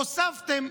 הוספתם,